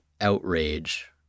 outrage